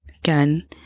again